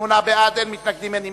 התשס"ח 2007, נתקבלה.